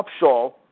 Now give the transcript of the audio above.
Upshaw